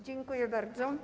Dziękuję bardzo.